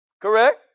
Correct